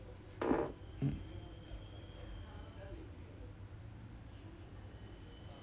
mm